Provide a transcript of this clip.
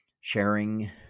sharing